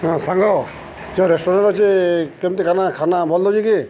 ହଁ ସାଙ୍ଗ ଯଉ ରେଷ୍ଟୁରାଣ୍ଟ୍ ଅଛି କେମିତି ଖାନା ଖାନା ଭଲ୍ ଦଉଚି କି